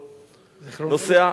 נוסע,